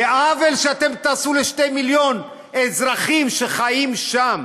ואת העוול שאתם תעשו ל-2 מיליון אזרחים שחיים שם,